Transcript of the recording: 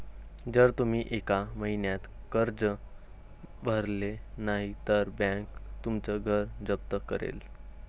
जर तुम्ही एका महिन्यात कर्ज भरले नाही तर बँक तुमचं घर जप्त करेल